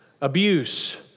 abuse